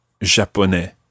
japonais